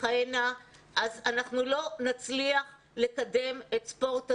אז אנחנו לא נצליח לקדם את ספורט הנשים.